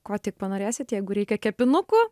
ko tik panorėsit jeigu reikia kepinukų